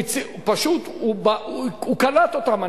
הוא פשוט קלט אותם.